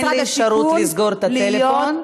אין לי אפשרות לסגור את המיקרופון,